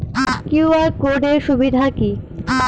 QR code এর সুবিধা কি?